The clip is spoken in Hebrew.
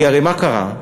כי הרי מה קרה?